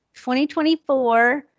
2024